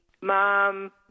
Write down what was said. Mom